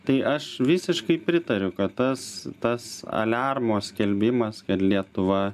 tai aš visiškai pritariu kad tas tas aliarmo skelbimas kad lietuva